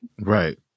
Right